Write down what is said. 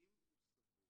אם הוא סבור